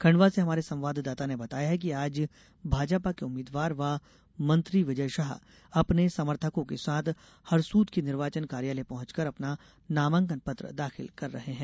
खंडवा से हमारे संवाददाता ने बताया है कि आज भाजपा के उम्मीद्वार व मंत्री विजय शाह अपने समर्थकों के साथ हरसूद के निर्वाचन कार्यालय पहॅचकर अपना नामांकन पत्र दाखिल कर रहे हैं